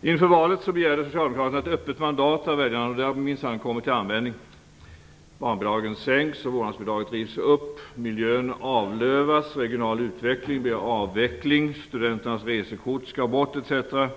Inför valet begärde socialdemokraterna ett öppet mandat av väljarna. Det har minsann kommit till användning. Barnbidragen sänks. Vårdnadsbidraget rivs upp. Miljön avlövas. Regional utveckling blir avveckling. Studenternas resekort skall tas bort, etc.